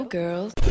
girls